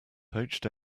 poached